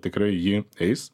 tikrai ji eis